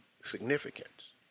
significance